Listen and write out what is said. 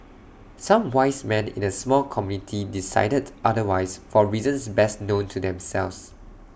some 'wise men' in A small committee decided otherwise for reasons best known to themselves